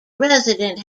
resident